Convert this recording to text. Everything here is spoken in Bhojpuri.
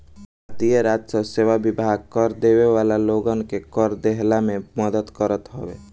भारतीय राजस्व सेवा विभाग कर देवे वाला लोगन के कर देहला में मदद करत हवे